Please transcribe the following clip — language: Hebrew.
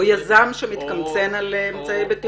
או יזם שמתקמצן על אמצעי בטיחות.